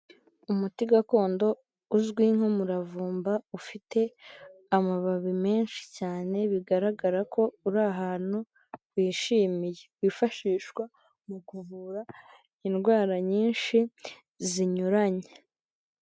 Umuti gakondo uzwi nk'umuravumba ufite amababi menshi cyane bigaragara ko uri ahantu wishimiye wifashishwa mu kuvura indwara nyinshi zinyuranye.